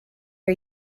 are